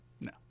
No